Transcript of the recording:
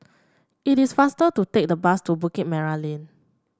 it is faster to take the bus to Bukit Merah Lane